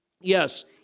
Yes